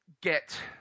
get